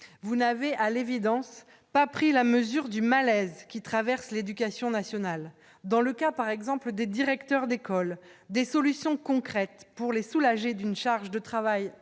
vous n'avez à l'évidence pas pris la mesure du malaise qui traverse l'éducation nationale, dans le cas par exemple des directeurs d'école, des solutions concrètes pour les soulager d'une charge de travail